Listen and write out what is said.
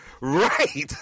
Right